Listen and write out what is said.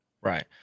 Right